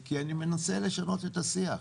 כי אני מנסה לשנות את השיח.